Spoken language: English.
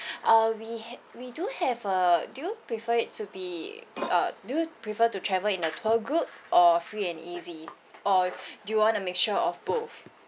uh we ha~ we do have a do you prefer it to be uh do you prefer to travel in a tour group or free and easy or do you want a mixture of both